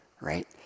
right